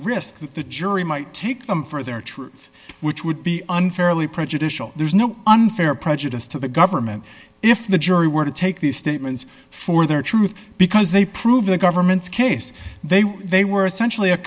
that the jury might take them for their truth which would be unfairly prejudicial there's no unfair prejudice to the government if the jury were to take these statements for their truth because they prove the government's case they were they were essentially a